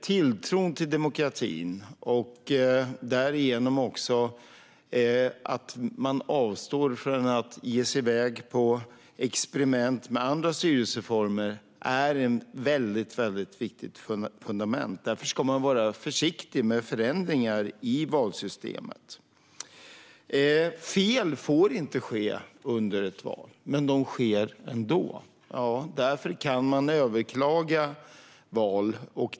Tilltron till demokratin och därigenom också att man avstår från att ge sig iväg på experiment med andra styrelseformer är ett väldigt viktigt fundament. Därför ska man vara försiktig med förändringar i valsystemet. Fel får inte ske under ett val, men de sker ändå. Därför kan man överklaga val.